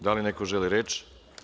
Da li neko želi reč?